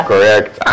Correct